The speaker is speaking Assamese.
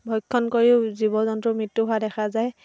ভক্ষণ কৰিও জীৱ জন্তুৰ মৃত্য়ু হোৱা দেখা যায়